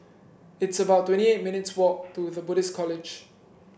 it's about twenty eight minutes' walk to The Buddhist College